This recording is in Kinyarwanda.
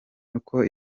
uko